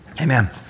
Amen